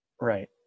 Right